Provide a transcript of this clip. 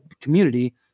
community